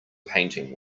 painting